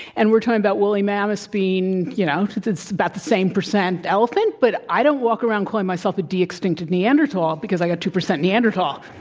and we're talking about woolly mammoths being, you know it's it's about the same percent elephant, but i don't walk around calling myself a de-extincted neanderthal because i've got two percent neanderthal.